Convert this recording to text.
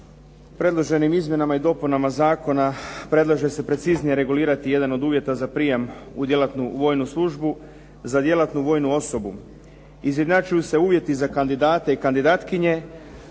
Predloženim izmjenama i dopunama zakona predlaže se preciznije regulirati jedan od uvjeta za prijam u djelatnu vojnu službu za djelatnu vojnu osobu. Izjednačuju se uvjeti za kandidate i kandidatkinje,